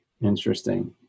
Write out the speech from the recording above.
interesting